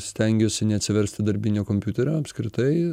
stengiuosi neatsiversti darbinio kompiuterio apskritai